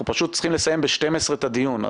אנחנו פשוט צריכים לסיים ב-12:00 את הדיון.